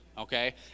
Okay